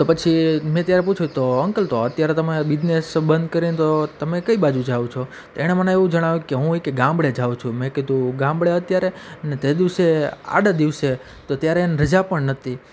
તો પછી મેં ત્યારે પૂછ્યું તો અંકલ તો અત્યારે તમે આ બીજનેસ બંધ કરીન તો તમે કઈ બાજુ જાઓ છો તો એણે મને એવું જણાવ્યું કે હું એ કહે ગામડે જાઉ છું મેં કીધું ગામડે અત્યારે ને તે દિવસે આડે દિવસે તો ત્યારે એને રજા પણ નહોતી